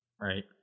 right